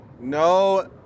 No